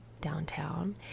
downtown